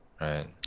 Right